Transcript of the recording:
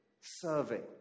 serving